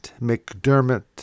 McDermott